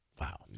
Wow